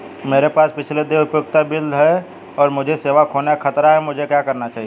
मेरे पास पिछले देय उपयोगिता बिल हैं और मुझे सेवा खोने का खतरा है मुझे क्या करना चाहिए?